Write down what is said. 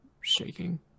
shaking